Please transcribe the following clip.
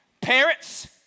Parents